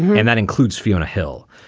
and that includes fiona hill.